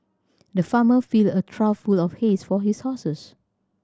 the farmer filled a trough full of hay for his horses